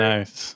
Nice